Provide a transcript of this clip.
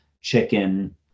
chicken